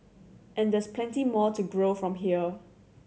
and there's plenty more to grow from here